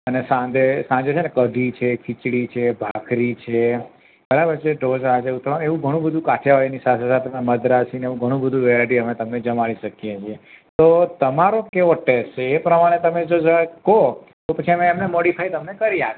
અને સાંજે સાંજે છે ને કઢી છે ખીચડી છે ભાખરી છે બરાબર છે ઢોંસા છે તમારે એવું ઘણું બધું કાઠિયાવાડીની સાથે સાથે મદ્રાસી ને એવું ઘણું બધું વેરાઈટી અમે તમને જમાડી શકીએ છીએ તો તમારો કેવો ટેસ્ટ છે એ પ્રમાણે તમે જો જરાક કહો તો પછી અમે એમને મોડીફાઈ તમને કરી આપીએ